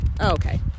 okay